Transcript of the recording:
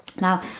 Now